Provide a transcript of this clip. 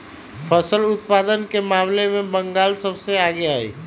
फसल उत्पादन के मामले में बंगाल सबसे आगे हई